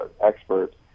experts